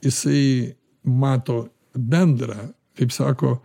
jisai mato bendrą kaip sako